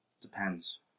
Depends